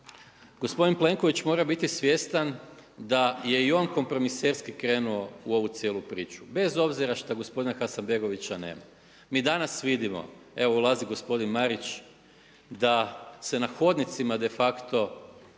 gospodin Plenković mora biti svjestan da je i on kompromiserski krenuo u ovu cijelu priču, bez obzira što gospodina Hasanbegovića nema. Mi danas vidimo, evo ulazi gospodin Marić, da se na hodnicima de facto govori